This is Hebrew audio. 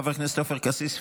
חבר הכנסת עופר כסיף,